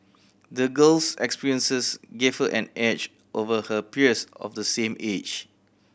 the girl's experiences gave her an edge over her peers of the same age